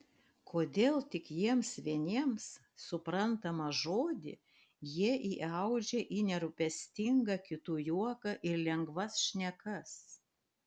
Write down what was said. kodėl tik jiems vieniems suprantamą žodį jie įaudžia į nerūpestingą kitų juoką ir lengvas šnekas